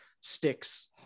Sticks